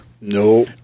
No